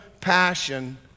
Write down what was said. passion